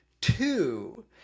Two